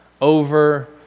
over